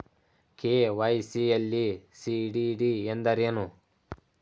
KYC ಯಲ್ಲಿ CDD ಎಂದರೇನು?